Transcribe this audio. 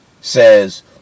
says